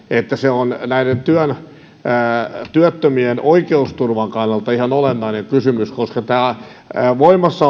että se on näiden työttömien oikeusturvan kannalta ihan olennainen kysymys koska tämän voimassa